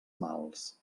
mals